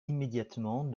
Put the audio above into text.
immédiatement